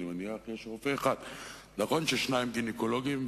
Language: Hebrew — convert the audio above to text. חוק שימור החומר,